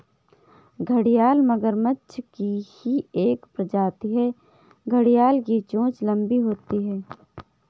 घड़ियाल मगरमच्छ की ही एक प्रजाति है घड़ियाल की चोंच लंबी होती है